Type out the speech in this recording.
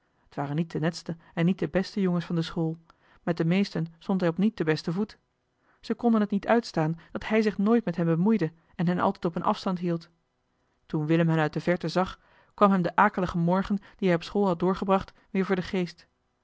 t waren niet de netste en niet de beste jongens van de school met de meesten stond hij op niet te besten voet zij konden het niet uitstaan dat hij zich nooit met hen bemoeide en hen altijd op een afstand hield toen willem hen uit de verte zag kwam hem de akelige morgen dien hij op school had doorgebracht weer voor den geest